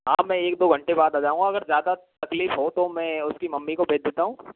हाँ मैं एक दो घंटे बाद जाऊंगा अगर ज़्यादा तकलीफ हो तो मैं उसकी मम्मी को भेज देता हूँ